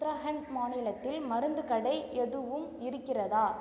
உத்தராகண்ட் மாநிலத்தில் மருந்துக் கடை எதுவும் இருக்கிறதா